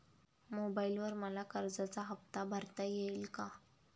मोबाइलवर मला कर्जाचा हफ्ता भरता येईल का?